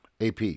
AP